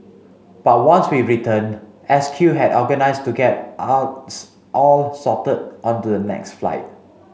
but once we returned S Q had organised to get us all sorted on the next flight